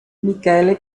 michele